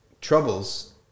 troubles